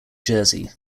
jersey